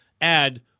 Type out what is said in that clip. add